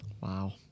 Wow